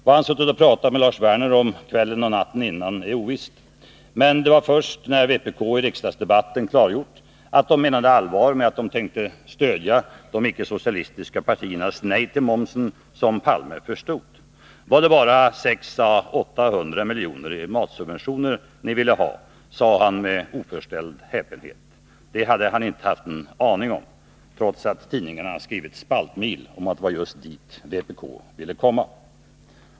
Vad han suttit och pratat med Lars Werner om kvällen och natten innan är ovisst. Men det var först när vpk i riksdagsdebatten klargjort att man menade allvar med att man tänkte stödja de icke-socialistiska partiernas nej till momsen som Olof Palme förstod. Var det bara 600 å 800 miljoner i matsubventioner ni ville ha, sade han med oförställd häpenhet. Det hade han inte haft en aning om, trots att tidningarna skrivit spaltmil om att det var just dit vpk ville komma.